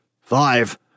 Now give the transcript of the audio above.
Five